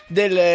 del